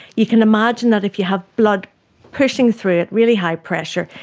you can imagine that if you have blood pushing through at really high pressure,